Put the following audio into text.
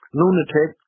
lunatic